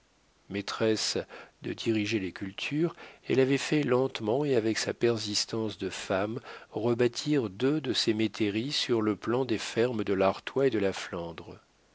maîtresse de diriger les cultures elle avait fait lentement et avec sa persistance de femme rebâtir deux de ses métairies sur le plan des fermes de l'artois et de la flandre